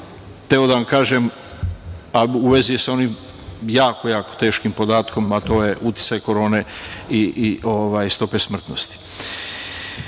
hteo da vam kažem, a u vezi je sa onim jako, jako teškim podatkom, a to je uticaj korone i stope smrtnosti. Izmene